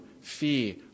fear